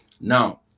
Now